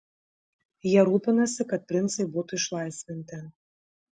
jie rūpinasi kad princai būtų išlaisvinti